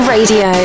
Radio